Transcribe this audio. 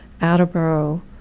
Attleboro